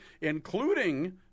including